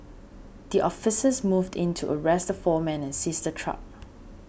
the officers moved in to arrest the four men and seize the truck